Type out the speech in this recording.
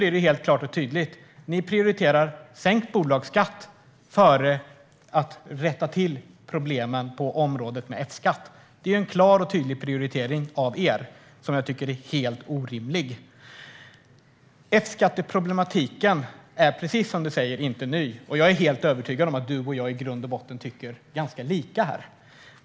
För mig är det tydligt att ni prioriterar sänkt bolagsskatt framför att rätta till problemen rörande F-skatt. Det är en klar och tydlig prioritering som ni gör. Jag tycker att den är helt orimlig. F-skatteproblematiken är, precis som du säger, inte ny. Jag är helt övertygad om att du och jag i grunden tycker ganska lika här.